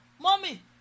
Mommy